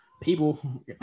People